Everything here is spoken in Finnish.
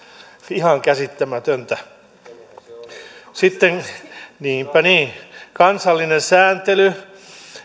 ihan käsittämätöntä niinpä niin kansallinen sääntely